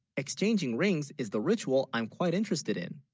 exchanging rings is the ritual i'm quite interested in